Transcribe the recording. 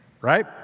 right